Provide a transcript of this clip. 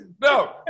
No